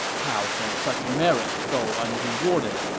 how can such merits go unrewarded?